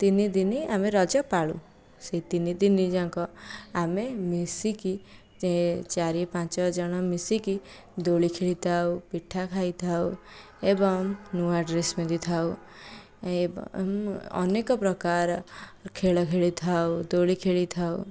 ତିନି ଦିନି ଆମେ ରଜ ପାଳୁ ସେହି ତିନି ଦିନ ଯାକ ଆମେ ମିଶିକି ଯେ ଚାରି ପାଞ୍ଚ ଜଣ ମିଶିକି ଦୋଳି ଖେଳିଥାଉ ପିଠା ଖାଇଥାଉ ଏବଂ ନୁଆଁ ଡ୍ରେସ ପିନ୍ଧିଥାଉ ଏବଂ ଅନେକ ପ୍ରକାର ଖେଳ ଖେଳିଥାଉ ଦୋଳି ଖେଳିଥାଉ